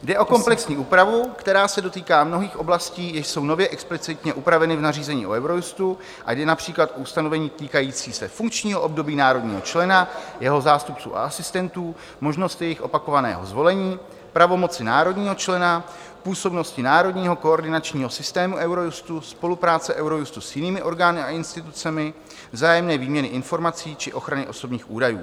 Jde o komplexní úpravu, která se dotýká mnohých oblastí, jež jsou nově explicitně upraveny v nařízení o Eurojustu, a jde například o ustanovení týkající se funkčního období národního člena, jeho zástupců a asistentů, možnosti jejich opakovaného zvolení, pravomoci národního člena, působnosti národního koordinačního systému Eurojustu, spolupráce Eurojustu s jinými orgány a institucemi, vzájemné výměny informací či ochrany osobních údajů.